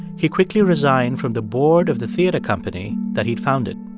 he quickly resigned from the board of the theater company that he'd founded.